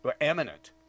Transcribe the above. eminent